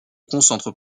concentre